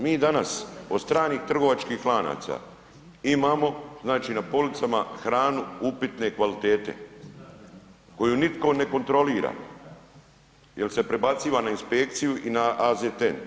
Mi danas od stranih trgovačkih lanaca imamo znači na policama hranu upitne kvalitete koju nitko ne kontrolira jer se prebaciva na inspekciju i na AZTN.